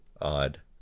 odd